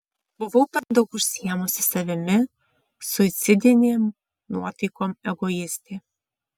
buvau per daug užsiėmusi savimi suicidinėm nuotaikom egoistė